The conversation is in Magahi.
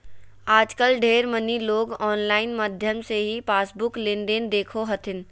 आजकल ढेर मनी लोग आनलाइन माध्यम से ही पासबुक लेनदेन देखो हथिन